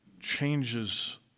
changes